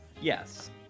Yes